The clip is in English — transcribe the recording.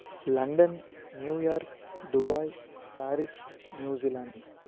London New York Dubai Paris New Zealand